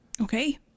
Okay